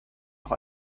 noch